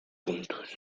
puntos